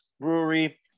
brewery